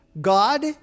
God